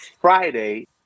Friday